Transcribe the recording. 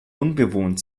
unbewohnt